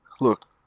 look